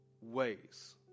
ways